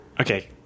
Okay